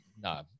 No